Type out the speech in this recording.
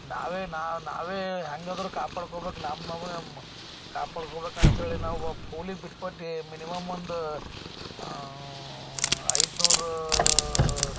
ನಾವೇ ನಾವೇ ಹೆಂಗಾದರು ಕಾಪಾಡಿಕೊಬೇಕು ನಮ್ಮ ನಾವು ನಮ್ಮ ಕಾಪಾಡಿಕೊಬೇಕಂತೆ ಹೇಳಿ ನಾವು ಫೊಲಿಗೆ ಬಿಟ್ಟು ಕೊಟ್ಟು ಮಿನಿಮಮ್ ಒಂದು ಐದುನೂರು